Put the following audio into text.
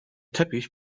teppich